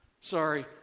Sorry